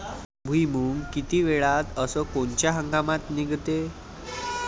भुईमुंग किती वेळात अस कोनच्या हंगामात निगते?